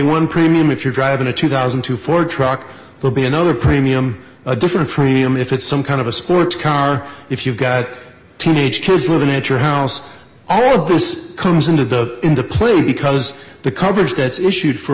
one premium if you're driving a two thousand to four truck it will be another premium a different frame if it's some kind of a sports car if you've got teenage kids living at your house all this comes into the into play because the coverage that's issued for